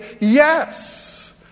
yes